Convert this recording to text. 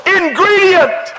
ingredient